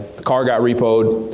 the car got repoed,